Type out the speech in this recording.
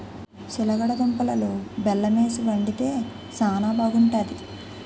సిలగడ దుంపలలో బెల్లమేసి వండితే శానా బాగుంటాది